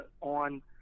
on